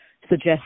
suggest